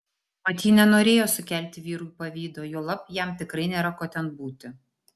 mat ji nenorėjo sukelti vyrui pavydo juolab jam tikrai nėra ko ten būti